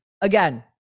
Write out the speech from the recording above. again